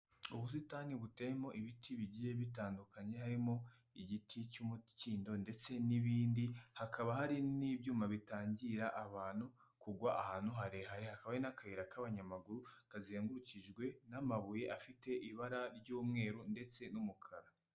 Ubusitani buteyemo ibiti bigiye bitandukanye, harimo igiti cy'umukindo ndetse n'ibindi, hakaba hari n'ibyuma bitangira abantu kugwa ahantu harehare, hakaba hari n'akayira k'abanyamaguru, kazengukijwe n'amabuye afite ibara ry'umweru ndetse n'umukara.